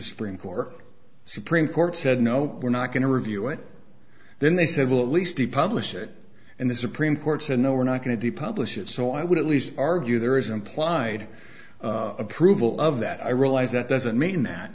supreme court supreme court said no we're not going to review it then they said well at least he publish it and the supreme court said no we're not going to publish it so i would at least argue there is an implied approval of that i realize that doesn't mean that